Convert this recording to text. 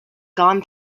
gone